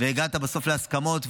והגעת בסוף להסכמות.